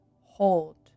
hold